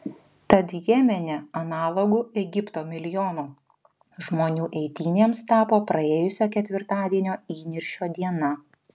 tad jemene analogu egipto milijono žmonių eitynėms tapo praėjusio ketvirtadienio įniršio diena